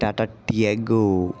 Tata Tiago